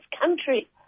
country